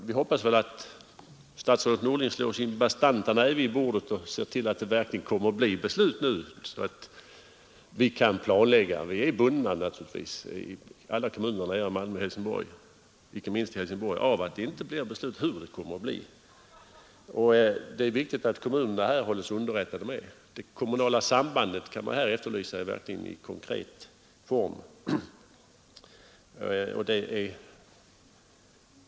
Vi hoppas att statsrådet Norling slår sin bastanta näve i bordet och ser till att det verkligen blir ett beslut nu så att vi kan planlägga. I alla kommuner därnere, inte minst i Helsingborg, är vi bundna innan det blir ett beslut om hur frågan kommer att lösas. Det är viktigt att kommunerna hålls underrättade. Det kommunala sambandet kan man verkligen efterlysa i konkret form.